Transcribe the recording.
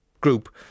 group